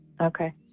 Okay